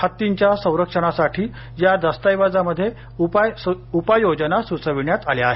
हत्तींच्या संरक्षणासाठी या दस्ताऐवजामध्ये उपाय योजना सुचविण्यात आल्या आहेत